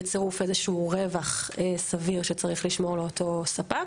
בצירוף איזשהו רווח סביר שצריך לשמור לאותו ספק